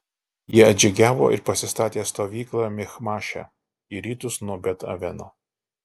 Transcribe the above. jie atžygiavo ir pasistatė stovyklą michmaše į rytus nuo bet aveno